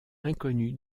inconnue